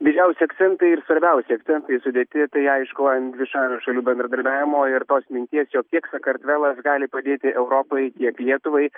didžiausi akcentai ir svarbiausi akcentai sudėti tai aišku ant dvišalių šalių bendradarbiavimo ir tos minties jog tiek sakartvelas gali padėti europai tiek lietuvai